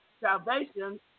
salvation